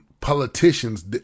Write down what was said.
Politicians